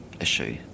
issue